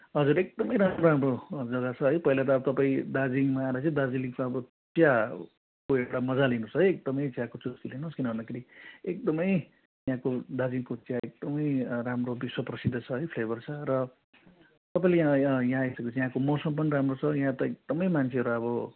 हजुर एकदम राम्रो राम्रो जगा छ है पहिल्यै त अब तपाईँ दार्जिलिङमा आएर चाहिँ दार्जिलिङमा अब त्यहाँ उयो एउटा मजा लिनु होस् है एकदम चियाको चुस्की लिनु होस् किन भन्दाखेरि एकदम यहाँको दर्जिलिङको चिया एकदम राम्रो विश्व प्रसिद्ध छ है फ्लेभर छ र तपाईँले यहाँ यहाँ आइसके पछि यहाँको मौसम पनि राम्रो छ यहाँ त एकदम मान्छेहरू अब